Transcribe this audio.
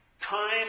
Time